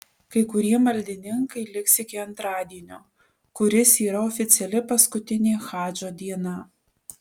kai kurie maldininkai liks iki antradienio kuris yra oficiali paskutinė hadžo diena